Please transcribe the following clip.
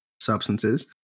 substances